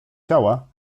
ciała